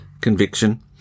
conviction